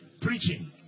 preaching